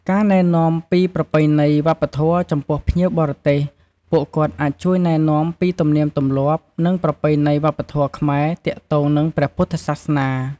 ការរក្សាសន្តិសុខ នៅក្នុងពិធីបុណ្យធំៗ ពុទ្ធបរិស័ទមួយចំនួនក៏អាចជួយរក្សាសន្តិសុខ និងសណ្ដាប់ធ្នាប់ ដើម្បីធានាសុវត្ថិភាពដល់ភ្ញៀវផងដែរ។